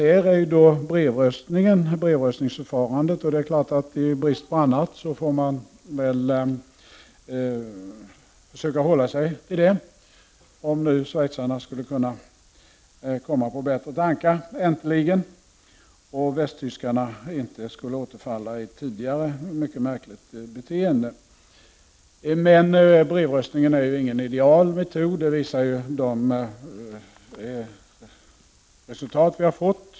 Här anges brevröstningsförfarandet. I brist på annat får man väl försöka hålla sig till det, om nu schweizarna äntligen skulle kunna komma på bättre tankar och västtyskarna inte skulle återfalla i tidigare mycket märkliga beteende. Men brevröstningen är ingen ideal metod. Det visar ju de resultat vi har fått.